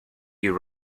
you